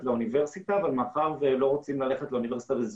לאוניברסיטה אבל מאחר והם לא רוצים ללמוד ב-זום,